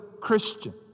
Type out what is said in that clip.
Christian